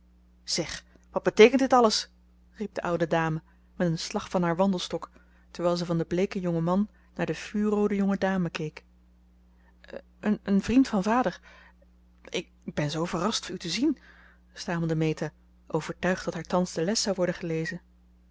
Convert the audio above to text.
zeg wat beteekent dit alles riep de oude dame met een slag van haar wandelstok terwijl ze van den bleeken jongeman naar de vuurroode jonge dame keek een vriend van vader ik ben zoo verrast u te zien stamelde meta overtuigd dat haar thans de les zou worden gelezen